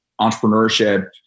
entrepreneurship